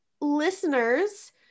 listeners